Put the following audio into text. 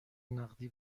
نقدی